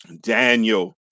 daniel